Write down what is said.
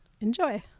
enjoy